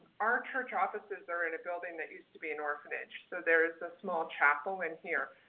our church offices are in a building that used to be an orphanage so there is a small chapel in here.